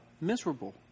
miserable